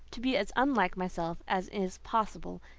to be as unlike myself as is possible.